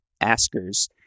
askers